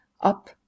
Up